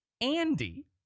Andy